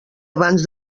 abans